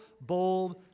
bold